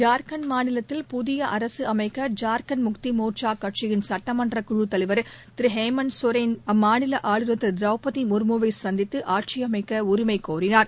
ஜார்க்கண்ட் மாநிலத்தில் புதிய அரசு அமைக்க ஜார்க்கண்ட் முக்தி மோர்ச்சா கட்சியின் சட்டமன்றக் குழுத் தலைர் திரு ஹேமந்த் சோரன் அம்மாநில ஆளுநர் திருமதி திரௌபதி முர்முவை சந்தித்து ஆட்சியமைக்க உரிமை கோரினார்